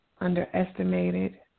underestimated